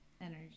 energy